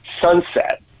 sunset